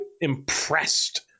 impressed